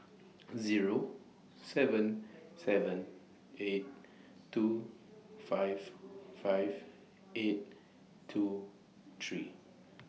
Zero seven seven eight two five five eight two three